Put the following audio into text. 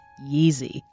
Yeezy